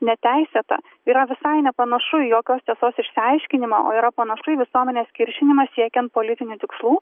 neteisėta yra visai nepanašu į jokios tiesos išsiaiškinimą o yra panašu į visuomenės kiršinimą siekiant politinių tikslų